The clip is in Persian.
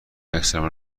عکسالعمل